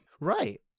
Right